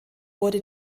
wurde